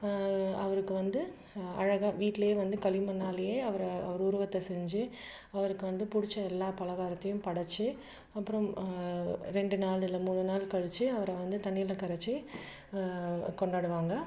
அவருக்கு வந்து அழகாக வீட்லையே வந்து களிமண்ணாலையே அவரை அவர் உருவத்தை செஞ்சு அவருக்கு வந்து பிடிச்ச எல்லா பலகாரத்தையும் படைச்சு அப்புறம் ரெண்டு நாள் இல்லை மூணு நாள் கழிச்சு அவரை வந்து தண்ணியில கரைச்சு கொண்டாடுவாங்க